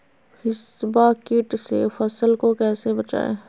हिसबा किट से फसल को कैसे बचाए?